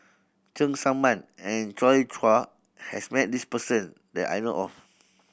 Cheng Tsang Man and Joi Chua has met this person that I know of